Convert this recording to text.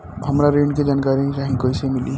हमरा ऋण के जानकारी चाही कइसे मिली?